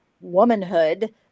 womanhood